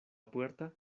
puerta